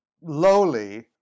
lowly